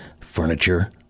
furniture